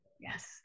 Yes